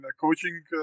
coaching